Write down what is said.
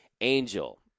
angel